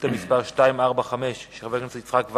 ביום ט"ז בתמוז התשס"ט (8